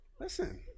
Listen